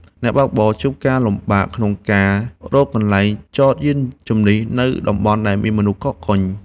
អ្នកបើកបរជួបការលំបាកក្នុងការរកកន្លែងចតយានជំនិះនៅតំបន់ដែលមានមនុស្សកកកុញ។